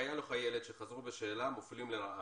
חייל או חיילת שחזרו בשאלה מופלים לרעה.